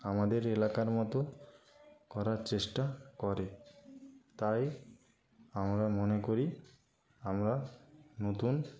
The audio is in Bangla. আমাদের এলাকার মতো করার চেষ্টা করে তাই আমরা মনে করি আমরা নতুন